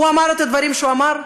הוא אמר את הדברים שהוא אמר,